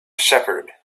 shepherd